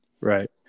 Right